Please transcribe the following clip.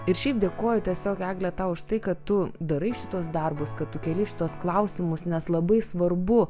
ir šiaip dėkoju tiesiog egle tau už tai kad tu darai šituos darbus kad tu keli šituos klausimus nes labai svarbu